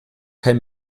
kein